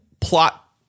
plot